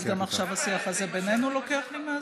אז גם עכשיו השיח הזה בינינו לוקח לי מהזמן?